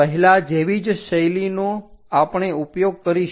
પહેલાં જેવી જ શૈલી નો આપણે ઉપયોગ કરીશું